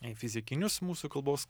į fizikinius mūsų kalbos